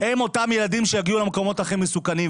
הם אותם ילדים שיגיעו למקומות הכי מסוכנים,